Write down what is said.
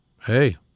Hey